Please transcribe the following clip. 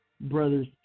Brothers